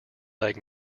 leg